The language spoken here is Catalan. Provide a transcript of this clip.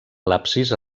l’absis